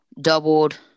Doubled